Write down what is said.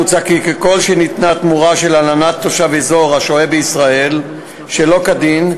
מוצע כי ככל שניתנה תמורה להלנת תושב אזור השוהה בישראל שלא כדין,